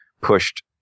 pushed